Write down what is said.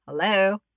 Hello